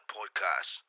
Podcast